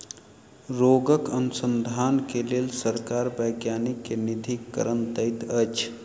रोगक अनुसन्धान के लेल सरकार वैज्ञानिक के निधिकरण दैत अछि